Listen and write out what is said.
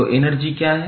तो एनर्जी क्या है